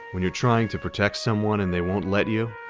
when you're trying to protect someone and they won't let you?